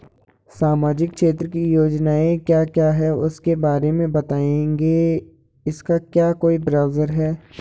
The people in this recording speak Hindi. सामाजिक क्षेत्र की योजनाएँ क्या क्या हैं उसके बारे में बताएँगे इसका क्या कोई ब्राउज़र है?